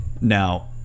now